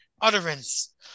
utterance